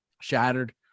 shattered